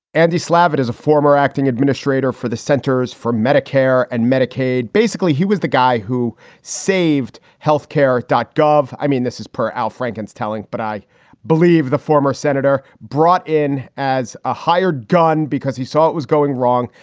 andy slavitt is a former acting administrator for the centers for medicare and medicaid. basically, he was the guy who saved health care dot gov. i mean, this is per al franken's telling, but i believe the former senator brought in as a hired gun because he saw it was going wrong,